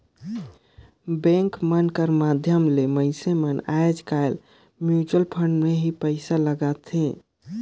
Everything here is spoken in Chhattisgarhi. बेंक मन कर माध्यम ले मइनसे मन आएज काएल म्युचुवल फंड में ही पइसा लगाथें